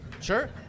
Sure